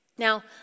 Now